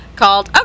called